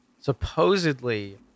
supposedly